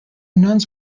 nuns